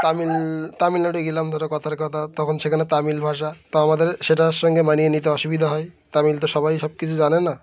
তামিল তামিলনাড়ে গেলাম ধরো কথার কথা তখন সেখানে তামিল ভাষা তো আমাদের সেটার সঙ্গে মানিয়ে নিতে অসুবিধা হয় তামিল তো সবাই সব কিছু জানে না